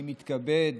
אני מתכבד